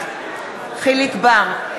בעד יחיאל חיליק בר,